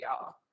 y'all